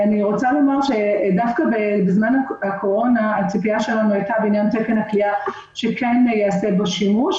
דווקא בזמן הקורונה הציפייה שלנו הייתה שכן ייעשה שימוש